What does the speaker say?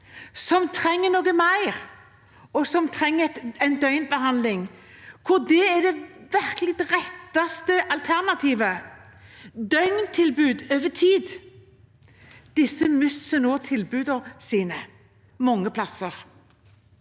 som trenger noe mer, og som trenger døgnbehandling, og hvor det er det riktigste alternativet – døgntilbud over tid. Disse mister nå tilbudet sitt mange steder